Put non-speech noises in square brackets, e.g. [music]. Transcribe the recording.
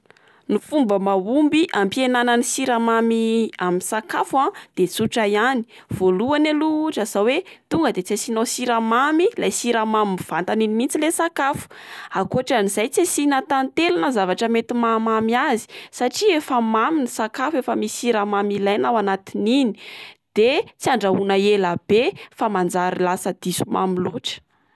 Ny fomba mahomby hampihenana ny siramamy [hesitation] amin'ny sakafo a de tsotra ihany voalohany aloha ohatra zao oe tonga de tsy asianao siramamy ilay siramamy mivantana iny mihitsy ilay sakafo ankotran'izay tsy asiana tantely na zavatra mety maha mamy azy satria efa mamy ny sakafo efa misy siramamy ilaina ao anatin'iny de tsy andrahona ela be fa manjary lasa diso mamy loatra.